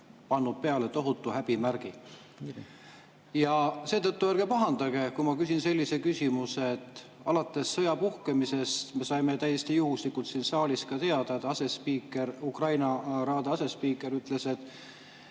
pannud peale tohutu häbimärgi. Seetõttu ärge pahandage, kui ma küsin sellise küsimuse. [Pärast] sõja puhkemist me saime täiesti juhuslikult siin saalis teada, Ukraina raada asespiiker ütles, et